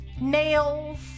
nails